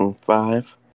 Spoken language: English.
Five